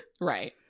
Right